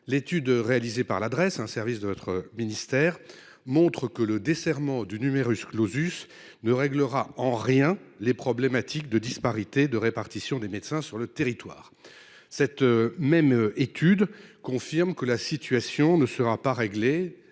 et des statistiques (Drees), un service de votre ministère, montre que le desserrement du ne réglera en rien les problématiques de disparité de répartition des médecins sur le territoire. Cette même étude confirme que la situation ne sera réglée